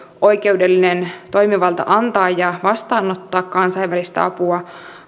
oikeudellinen toimivalta antaa ja vastaanottaa kansainvälistä apua